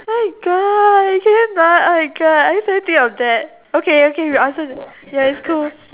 oh my god can you now oh my god I just can only think of that okay okay you answer ya it's cool